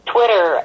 Twitter